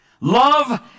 love